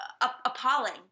appalling